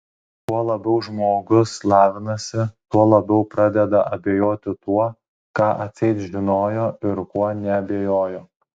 kuo labiau žmogus lavinasi tuo labiau pradeda abejoti tuo ką atseit žinojo ir kuo neabejojo